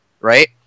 right